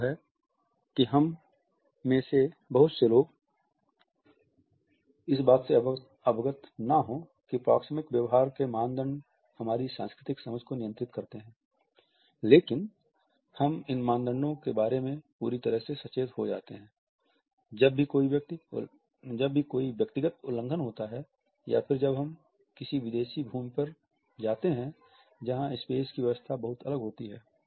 संभव है कि हम में से बहुत से लोग इस बात से अवगत न हो कि प्रोक्सेमिक व्यवहार के मानदंड हमारी सांस्कृतिक समझ को नियंत्रित करते हैं लेकिन हम इन मानदंडों के बारे में पूरी तरह से सचेत हो जाते हैं जब भी कोई व्यक्तिगत उल्लंघन होता है या फिर जब हम किसी विदेशी भूमि पर जाते हैं जहां स्पेस की व्यवस्था बहुत अलग होती है